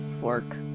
fork